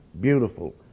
beautiful